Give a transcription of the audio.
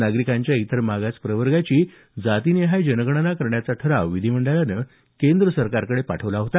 नागरिकांच्या इतर मागासप्रवर्गाची जातीनिहाय जनगणना करण्याचा ठराव विधीमंडळानं केंद्र सरकारकडे पाठवला होता